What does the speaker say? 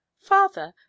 father